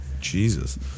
Jesus